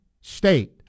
State